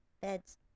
Beds